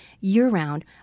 year-round